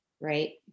right